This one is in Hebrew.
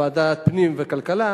ועדת פנים וכלכלה,